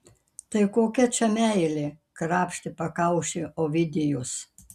tai kokia čia meilė krapštė pakaušį ovidijus